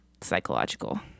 psychological